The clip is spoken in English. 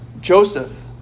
Joseph